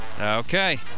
Okay